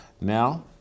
Now